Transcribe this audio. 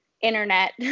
internet